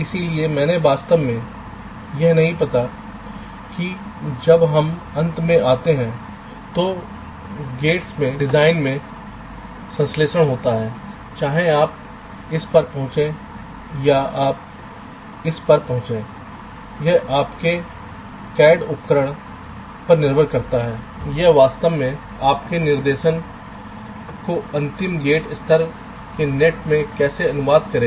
इसलिए मुझे वास्तव में यह नहीं पता है कि जब हम अंत में होते हैं तो फाटकों में डिजाइन में संश्लेषण होता है चाहे आप इस पर पहुंचे या आप इस पर पहुंचे यह आपके सीएडी उपकरण पर निर्भर करता है यह वास्तव में आपके विनिर्देशन को अंतिम गेट स्तर के नेट में कैसे अनुवाद करेगा